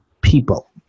people